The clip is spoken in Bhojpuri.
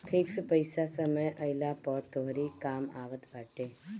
फिक्स पईसा समय आईला पअ तोहरी कामे आवत बाटे